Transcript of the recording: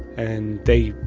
and they